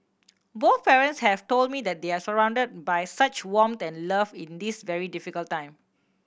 both parents have told me that they are surround by such warmth and love in this very difficult time